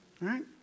right